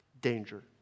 danger